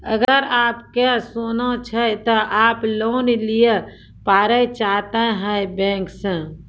अगर आप के सोना छै ते आप लोन लिए पारे चाहते हैं बैंक से?